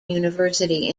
university